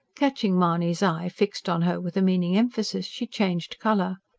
catching mahony's eye fixed on her with a meaning emphasis, she changed colour.